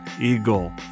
Eagle